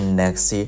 next